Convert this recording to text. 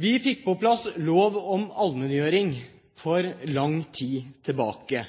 Vi fikk på plass lov om allmenngjøring for lang tid tilbake.